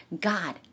God